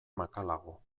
makalago